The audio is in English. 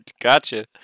Gotcha